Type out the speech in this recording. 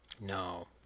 No